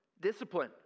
discipline